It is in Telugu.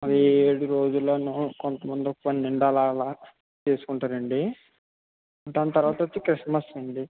అవి ఏడు రోజులనో కొంతమంది పన్నెండు అలా అలా చేసుకుంటారండీ దాని తరవాత వచ్చి క్రిస్మస్ అండి